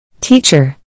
Teacher